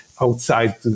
outside